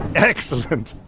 excellent.